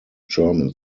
german